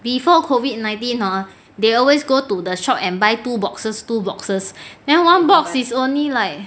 before COVID nineteen hor they always go to the shop and buy two boxes two boxes then one box is only like